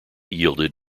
yielded